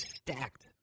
stacked